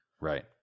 Right